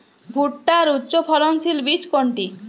ভূট্টার উচ্চফলনশীল বীজ কোনটি?